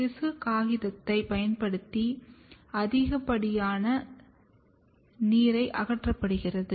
திசு காகிதத்தைப் பயன்படுத்தி அதிகப்படியான நீர் அகற்றப்படுகிறது